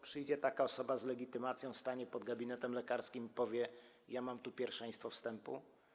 Przyjdzie taka osoba z legitymacją, stanie pod gabinetem lekarskim i powie: Mam pierwszeństwo wstępu?